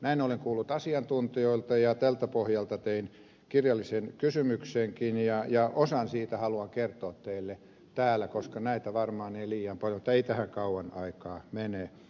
näin olen kuullut asiantuntijoilta ja tältä pohjalta tein kirjallisen kysymyksenkin ja osan siitä haluan kertoa teille täällä koska näitä varmaan ei liian paljon käsitellä mutta ei tähän kauan aikaa mene